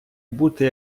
бути